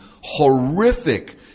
horrific